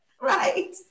Right